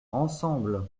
ensemble